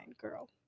girl